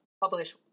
publish